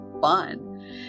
fun